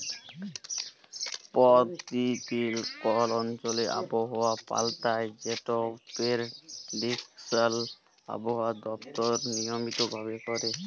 পরতিদিল কল অঞ্চলে আবহাওয়া পাল্টায় যেটর পেরডিকশল আবহাওয়া দপ্তর লিয়মিত ভাবে ক্যরে